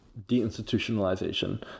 deinstitutionalization